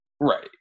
Right